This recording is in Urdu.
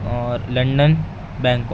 اور لنڈن بینکاک